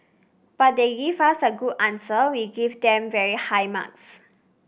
but they give us a good answer we give them very high marks